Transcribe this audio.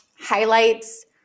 highlights